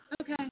Okay